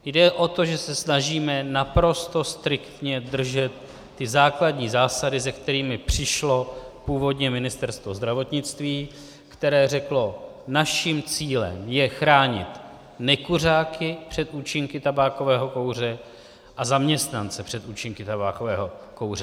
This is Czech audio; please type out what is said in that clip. Jde o to, že se snažíme naprosto striktně držet těch základních zásad, se kterými přišlo původně Ministerstvo zdravotnictví, které řeklo: Naším cílem je chránit nekuřáky před účinky tabákového kouře a zaměstnance před účinky tabákového kouře.